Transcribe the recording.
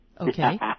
Okay